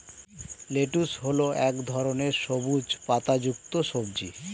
lettuce হল এক ধরনের সবুজ পাতাযুক্ত সবজি